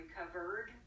recovered